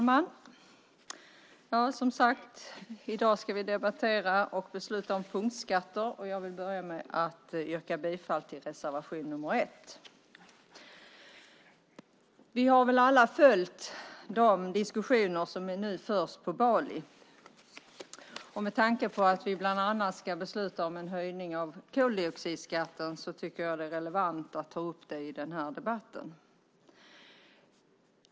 Fru talman! I dag ska vi debattera och besluta om vissa punktskatter, och jag vill börja med att yrka bifall till reservation 1. Vi har väl alla följt de diskussioner som nu förs på Bali, och med tanke på att vi bland annat ska besluta om en höjning av koldioxidskatten tycker jag att det är relevant att ta upp det i den här debatten.